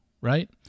right